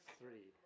three